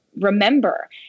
remember